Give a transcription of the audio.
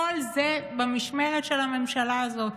כל זה במשמרת של הממשלה הזאת,